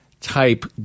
type